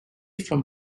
from